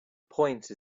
point